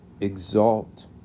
exalt